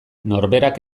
norberak